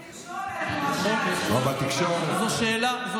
בתקשורת, למשל.